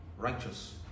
righteous